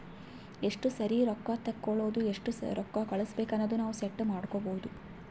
ಎಸ್ಟ ಸರಿ ರೊಕ್ಕಾ ತೇಕೊಳದು ಎಸ್ಟ್ ರೊಕ್ಕಾ ಕಳುಸ್ಬೇಕ್ ಅನದು ನಾವ್ ಸೆಟ್ ಮಾಡ್ಕೊಬೋದು